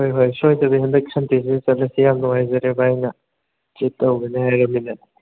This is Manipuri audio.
ꯍꯣꯏ ꯍꯣꯏ ꯁꯣꯏꯗꯕꯤ ꯍꯟꯗꯛ ꯁꯨꯟꯗꯦꯁꯤꯗ ꯆꯠꯂꯁꯦ ꯌꯥꯝ ꯅꯨꯡꯉꯥꯏꯖꯔꯦ ꯚꯥꯏꯅ ꯇ꯭ꯔꯤꯠ ꯇꯧꯒꯅꯦ ꯍꯥꯏꯔꯃꯤꯅ